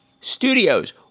Studios